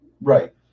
Right